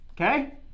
okay